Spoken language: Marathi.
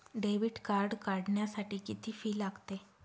डेबिट कार्ड काढण्यासाठी किती फी लागते?